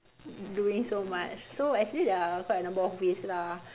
doing so much so actually there are quite a number of ways lah